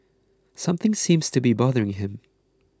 something seems to be bothering him